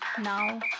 Now